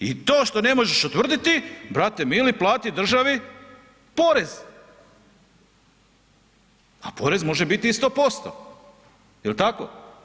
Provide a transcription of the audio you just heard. I to što ne možeš utvrditi, brate mili, plati državi porez, a porez može biti i 100% jel tako?